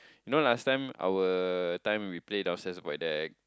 you know last time our time we play downstairs void deck